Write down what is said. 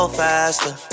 faster